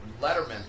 Letterman